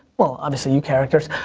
well, obviously you characters.